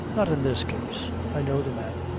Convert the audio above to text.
not in this case. i know the man.